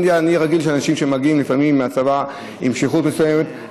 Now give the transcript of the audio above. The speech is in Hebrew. אני רגיל שאנשים מגיעים לפעמים מהצבא עם שליחות מסוימת.